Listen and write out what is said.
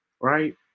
right